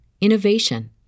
innovation